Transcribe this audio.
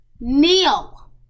Neil